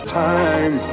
time